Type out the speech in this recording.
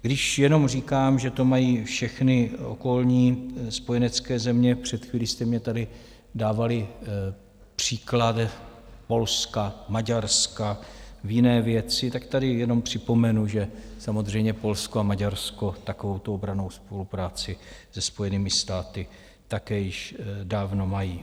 Když jenom říkám, že to mají všechny okolní spojenecké země, před chvílí jste mně tady dávali příklad Polska, Maďarska, v jiné věci, tak jenom připomenu, že samozřejmě Polsko a Maďarsko takovouto obrannou spolupráci se Spojenými státy také již dávno mají.